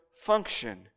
function